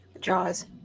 Jaws